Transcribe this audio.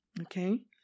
okay